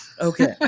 okay